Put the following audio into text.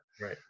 Right